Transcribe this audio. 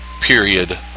period